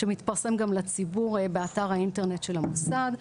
שמתפרסם גם לציבור באתר האינטרנט של המוסד.